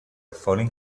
falling